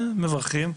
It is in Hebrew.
מברכים,